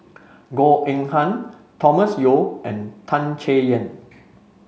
Goh Eng Han Thomas Yeo and Tan Chay Yan